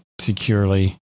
securely